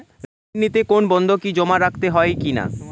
ঋণ নিতে কোনো বন্ধকি জমা রাখতে হয় কিনা?